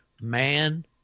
man